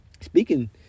Speaking